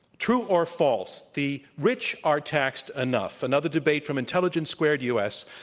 true or false, the rich are taxed enough. another debate from intelligence squared u. s,